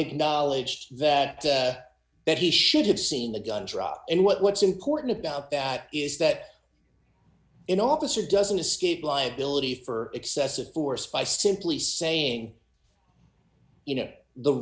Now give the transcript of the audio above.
acknowledged that that he should have seen the gun drop and what's important about that is that an officer doesn't escape liability for excessive force by simply saying you know the